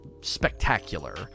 spectacular